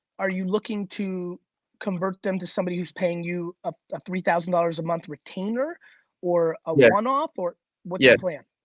are you looking to convert them to somebody who's paying you ah three thousand dollars a month retainer or a yeah one off or what's your yeah plan?